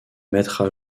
mettre